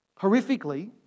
Horrifically